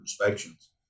inspections